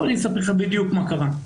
בוא אני אספר לך בדיוק מה קרה.